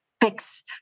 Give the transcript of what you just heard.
fix